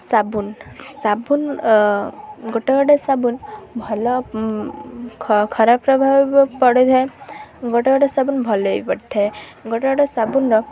ସାବୁନ ସାବୁନ ଗୋଟେ ଗୋଟେ ସାବୁନ ଭଲ ଖରାପ ପ୍ରଭାବ ପଡ଼ିଥାଏ ଗୋଟେ ଗୋଟେ ସାବୁନ ଭଲ ବି ପଡ଼ିଥାଏ ଗୋଟେ ଗୋଟେ ସାବୁନର